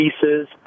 pieces